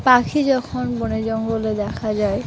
পাখি যখন বনে জঙ্গলে দেখা যায়